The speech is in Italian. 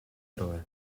eroe